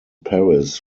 paris